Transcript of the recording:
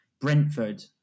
Brentford